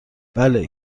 بله